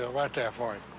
ah right there for him.